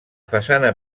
façana